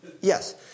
Yes